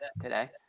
today